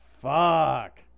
Fuck